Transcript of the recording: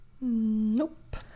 nope